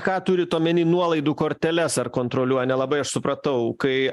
ką turit omeny nuolaidų korteles ar kontroliuoja nelabai aš supratau kai